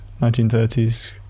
1930s